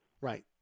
Right